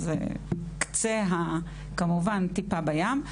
זה הקצה, כמובן טיפה בים.